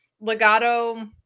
Legato